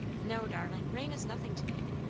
no, darling! rain is nothing to me.